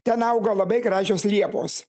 ten auga labai gražios liepos